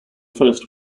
first